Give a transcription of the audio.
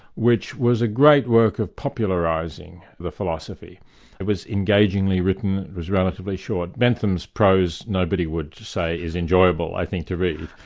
which was a great work of popularising the philosophy it was engagingly written, it was relatively short. bentham's prose nobody would say is enjoyable, i think to read it,